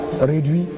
réduit